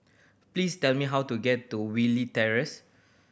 please tell me how to get to Willie Terrace